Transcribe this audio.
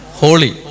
holy